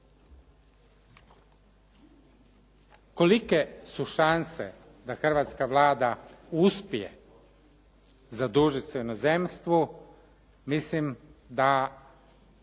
Kolike su šanse da hrvatska Vlada uspije zadužiti se u inozemstvu mislim da